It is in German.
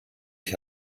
ich